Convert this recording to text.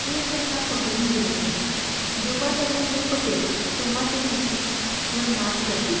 हे त्यांना पटवून दिलं पाहिजे जेव्हा त्यांना हे पटेल तेव्हा ते भितीवर मात करतील